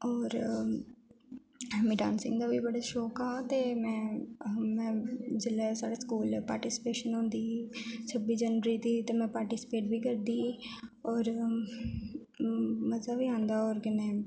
होर मिगी डांसिंग दा बी बड़ा शौक हा ते मैं जेल्लै साढ़ै स्कूल पार्टिसिपेशन होंदी ही छब्बी जनबरी दी ते पार्टिसिपेट बी करदी ही होर मज़ा बी आंदा होर कन्नै